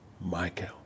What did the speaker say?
Michael